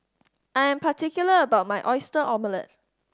I am particular about my Oyster Omelette